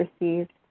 received